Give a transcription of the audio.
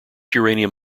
uranium